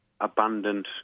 abundant